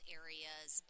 areas